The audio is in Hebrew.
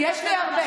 יש לי הרבה.